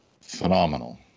phenomenal